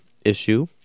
Issue